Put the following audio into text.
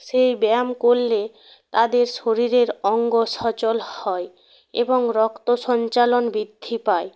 সেই ব্যায়াম করলে তাদের শরীরের অঙ্গ সচল হয় এবং রক্ত সঞ্চালন বৃদ্ধির পায়